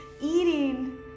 eating